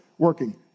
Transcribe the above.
Working